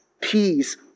peace